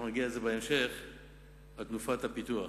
נגיע לתנופת הפיתוח,